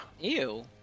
Ew